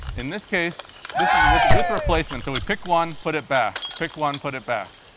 in this case, this is with with replacements, so we pick one, put it back pick one, put it back,